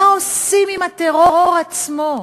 מה עושים הטרור עצמו?